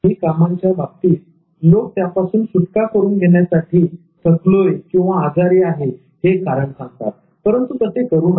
काही कामांच्या बाबतीत लोक त्यापासून सुटका करून घेण्यासाठी थकलोय किंवा आजारी आहे हे कारण सांगतात परंतु तसे करू नका